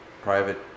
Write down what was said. private